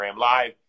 Live